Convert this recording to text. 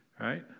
right